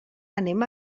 anem